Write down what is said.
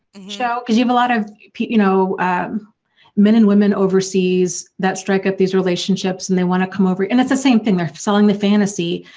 so because you have a lot of you know men and women overseas that strike up these relationships and they want to come over and it's the same thing they're selling the fantasy,